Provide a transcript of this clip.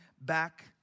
back